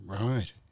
Right